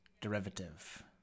derivative